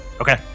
Okay